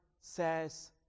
says